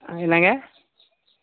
என்னாங்க